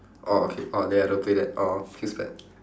orh okay orh that I don't play that !aww! feels bad